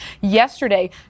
yesterday